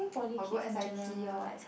or go s_i_t lor